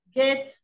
get